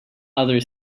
other